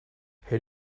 her